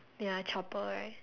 ya chopper right